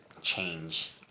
change